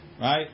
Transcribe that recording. Right